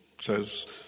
says